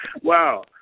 Wow